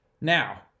Now